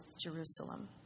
Jerusalem